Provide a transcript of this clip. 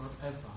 forever